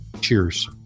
Cheers